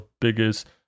biggest